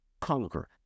conquer